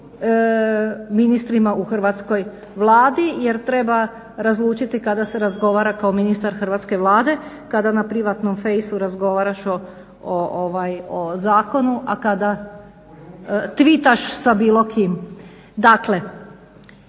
ministrima u hrvatskoj Vladi jer treba razlučiti kada se razgovara kao ministar hrvatske Vlade, kada na privatnom face razgovaraš o zakonu a kada twitaš sa bilo kim. Dakle,